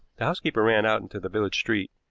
the housekeeper ran out into the village street,